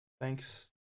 Thanks